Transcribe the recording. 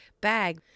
bag